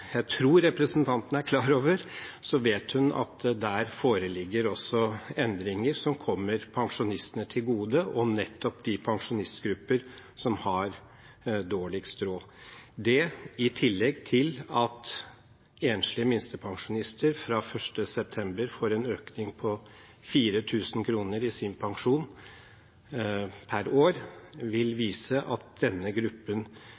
kommer pensjonistene til gode, og nettopp de pensjonistgrupper som har dårligst råd. Det, i tillegg til at enslige minstepensjonister fra 1. september får en økning på 4 000 kr i sin pensjon per år, vil vise at denne gruppen